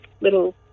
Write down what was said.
little